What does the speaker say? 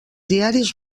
diaris